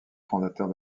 fondateur